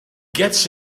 gets